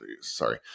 sorry